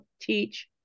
teach